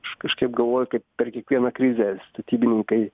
aš kažkaip galvoju kaip per kiekvieną krizę statybininkai